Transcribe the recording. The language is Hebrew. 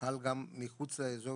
אבל אני חושב שצריכה להיות איזושהי